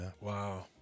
wow